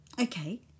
Okay